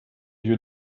you